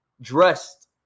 dressed